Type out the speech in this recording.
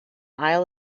isle